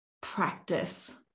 practice